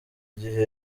gihe